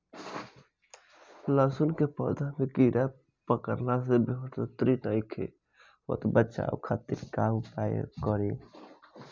लहसुन के पौधा में कीड़ा पकड़ला से बढ़ोतरी नईखे होत बचाव खातिर का उपाय करी?